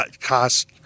cost